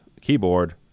keyboard